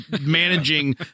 managing